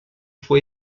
fue